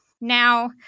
Now